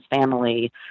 family